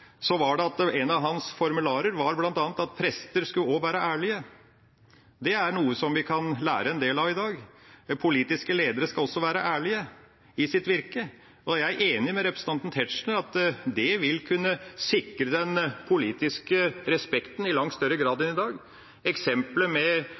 så stor oppslutning – han hadde sentralt virke i Vestfossen, derfor er jeg veldig opptatt av det – kom det av at en av hans formularer var at også prester skulle være ærlige. Det er noe vi kan lære en del av i dag. Politiske ledere skal også være ærlige i sitt virke, og jeg er enig med representanten Tetzschner i at det vil kunne sikre den politiske respekten i langt